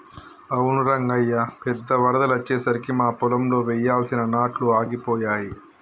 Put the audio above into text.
అవును రంగయ్య పెద్ద వరదలు అచ్చెసరికి మా పొలంలో వెయ్యాల్సిన నాట్లు ఆగిపోయాయి